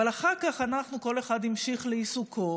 אבל אחר כך אנחנו, כל אחד המשיך לעיסוקו,